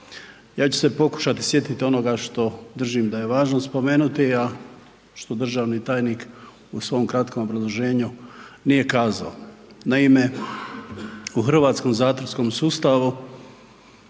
Ja ću se pokušati sjetiti onoga što držim da je važno spomenuti, a što državni tajnik u svom kratkom obrazloženju nije kazao. Naime, u hrvatskom zatvorskom sustavu